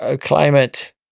climate